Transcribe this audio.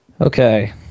Okay